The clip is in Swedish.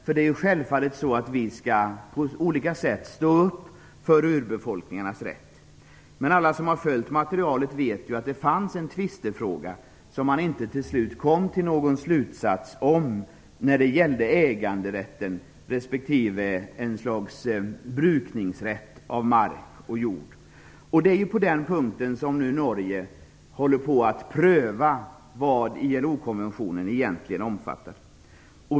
Vi skall självfallet på olika sätt stå upp för urbefolkningarnas rätt. Men alla som har följt materialet vet att det fanns en tvistefråga som man inte kom till någon slutsats om. Den gällde äganderätten respektive ett slags brukningsrätt till mark och jord. På den punkten håller Norge nu på att pröva vad ILO konventionen egentligen omfattar.